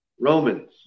Romans